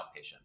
outpatient